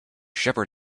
shepherd